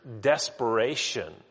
desperation